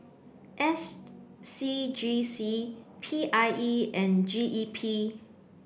S C G C P I E and G E P